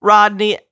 Rodney